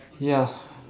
ya